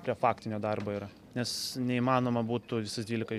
prie faktinio darbo yra nes neįmanoma būtų visus dvylika